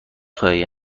خواهی